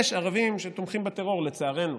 יש ערבים שתומכים בטרור, לצערנו,